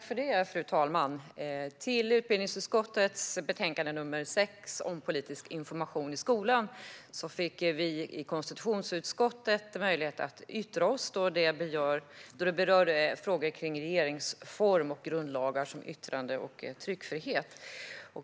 Fru talman! Vi i konstitutionsutskottet fick möjlighet att yttra oss över utbildningsutskottets betänkande nr 6, om politisk information i skolan, då det berör frågor om regeringsform och grundlagar om yttrande och tryckfrihet.